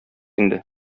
инде